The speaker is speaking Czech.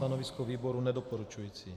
Stanovisko výboru: Nedoporučující.